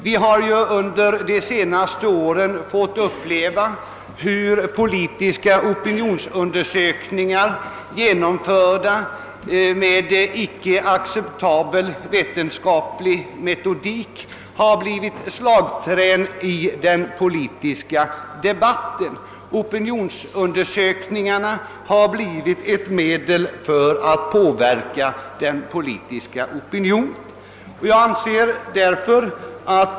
Vi har ju under de senaste åren fått uppleva hur politiska opinionsundersökningar genomförda med icke acceptabel vetenskaplig metodik blivit slagträn i den politiska debatten. Opinionsundersökningarna har blivit ett medel att påverka den politiska opinionen.